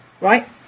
Right